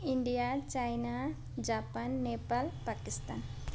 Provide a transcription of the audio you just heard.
India China Japan Nepal Pakistan